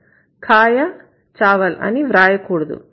खाया चावल ఖాయా చావల్ అని వ్రాయకూడదు